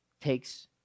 takes